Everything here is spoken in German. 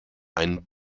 einen